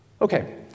Okay